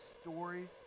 story